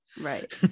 Right